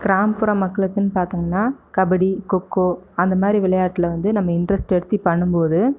கிராமப்புற மக்களுக்குன்னு பார்த்தோம்னா கபடி கொக்கோ அந்த மாதிரி விளையாட்டில வந்து நம்ம இன்ட்ரஸ்ட் எடுத்து பண்ணும்போது